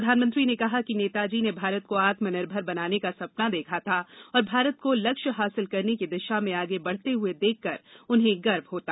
प्रधानमंत्री ने कहा कि नेताजी ने भारत को आत्मनिर्भर बनाने का सपना देखा था और भारत को लक्ष्य हासिल करने की दिशा में आगे बढ़ते हुए देखकर उन्हें गर्व होता